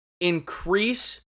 increase